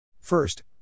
First